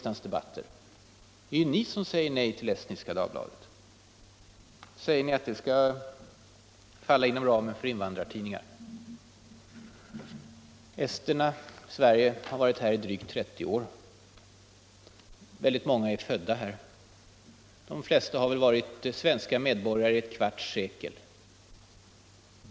Det är ju ni som säger nej till Estniska Dagbladet och hävdar att den skall falla inom ramen för invandrartidningar. Esterna i Sverige har varit här i drygt 30 år. Många är födda här. De flesta har väl varit svenska medborgare i närmare ett kvarts sekel.